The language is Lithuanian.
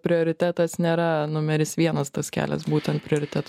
prioritetas nėra numeris vienas tas kelias būtent prioritetų